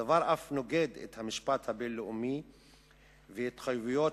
הדבר נוגד את המשפט הבין-לאומי והתחייבויות